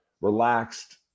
relaxed